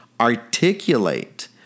articulate